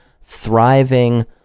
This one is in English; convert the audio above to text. thriving